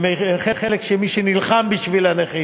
ומי שנלחם בשביל הנכים,